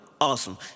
Awesome